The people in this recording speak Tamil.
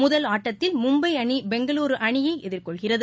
முதல் ஆட்டத்தில் மும்பை அணி பெங்களூரூ அணியை எதிர்கொள்கிறது